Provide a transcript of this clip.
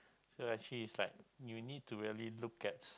so actually it's like you need to really look at